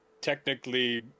Technically